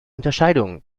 unterscheidung